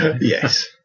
Yes